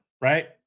right